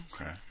Okay